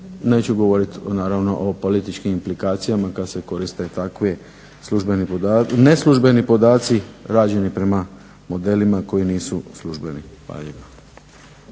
Neću govoriti naravno o političkim implikacijama kad se koriste takvi neslužbeni podaci rađeni prema modelima koji nisu službeni.